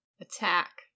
attack